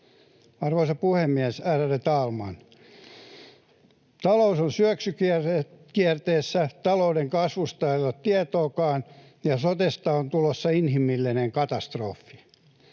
Arvoisa puhemies, ärade talman! Talous on syöksykierteessä, talouden kasvusta ei ole tietoakaan, ja sotesta on tulossa inhimillinen katastrofi.